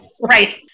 Right